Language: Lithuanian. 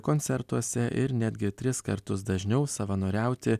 koncertuose ir netgi tris kartus dažniau savanoriauti